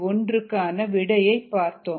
1 க்கு விடையை பார்த்தோம்